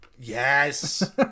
yes